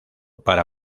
para